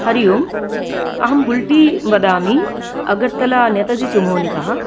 हरि ओम् अहं बुल्टी वदामि अगर्तला नेताजीचेमोनितः